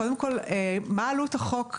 קודם כול, מה עלות החוק כיום?